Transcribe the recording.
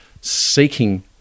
seeking